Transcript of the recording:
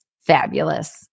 Fabulous